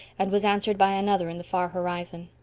and was answered by another in the far horizon.